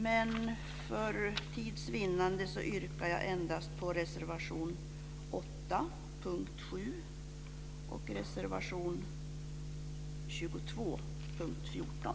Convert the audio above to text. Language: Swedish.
Men för tids vinnande yrkar jag bifall till endast reservation 8 under punkt 7 och reservation 22 under punkt 14.